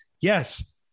Yes